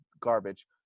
garbage